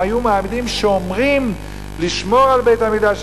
הם היו מעמידים שומרים לשמור על בית-המקדש,